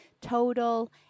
total